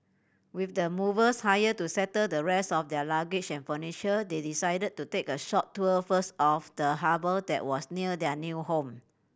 with the movers hired to settle the rest of their luggage and furniture they decided to take a short tour first of the harbour that was near their new home